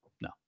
no